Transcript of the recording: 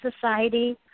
society